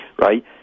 right